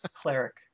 Cleric